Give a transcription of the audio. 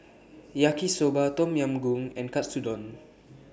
Yaki Soba Tom Yam Goong and Katsudon